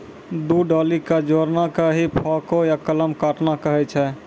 दू डाली कॅ जोड़ना कॅ ही फोर्क या कलम काटना कहै छ